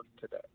today